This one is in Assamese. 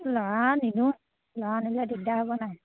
ল'ৰা নিনিওঁ ল'ৰা নিলে দিগদাৰ হ'ব নাই